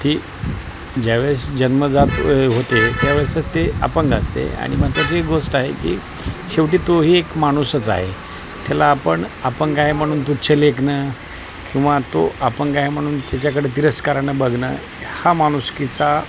ती ज्या वेळेस जन्मजात होते त्या वेळेस ते अपंग असते आणि महत्त्वाची गोष्ट आहे की शेवटी तोही एक माणूसच आहे त्याला आपण अपंग आहे म्हणून तुच्छ लेखणं किंवा तो अपंग आहे म्हणून त्याच्याकडे तिरस्कारांनं बघणं हा माणुसकीचा